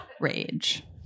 rage